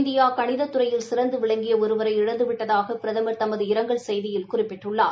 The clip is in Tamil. இந்தியா கணிதத்துறையில் சிறந்து விளங்கிய ஒருவரை இழந்துவிட்டதாக பிரதமா் தமது இரங்கல் செய்தியில் குறிப்பிட்டுள்ளார்